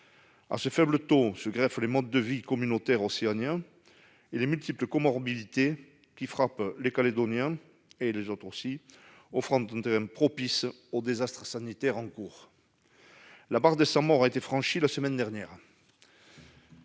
ce faible taux se greffent les modes de vie communautaires océaniens et les multiples comorbidités qui frappent les Calédoniens, offrant un terrain propice au désastre sanitaire en cours. La barre des 100 morts a été franchie la semaine dernière.